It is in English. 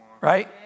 right